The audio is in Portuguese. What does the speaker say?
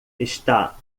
está